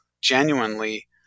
genuinely